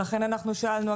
לכן אנחנו שאלנו,